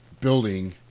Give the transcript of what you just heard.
building